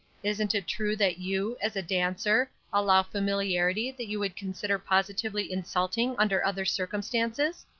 isn't it true that you, as a dancer, allow familiarity that you would consider positively insulting under other circumstances?